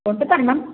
കൊണ്ടു തരണം